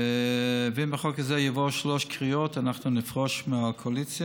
אם החוק הזה יעבור בשלוש קריאות אנחנו נפרוש מהקואליציה.